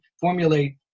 formulate